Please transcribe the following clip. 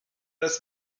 das